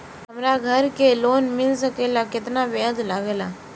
हमरा घर के लोन मिल सकेला केतना ब्याज लागेला?